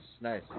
nice